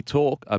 talk